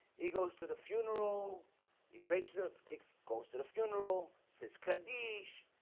he goes to the funeral he picks the particular coast to the funeral sis kadesh,